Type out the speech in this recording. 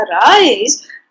arise